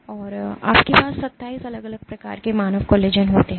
और आपके पास 27 अलग अलग प्रकार के मानव कोलेजन हैं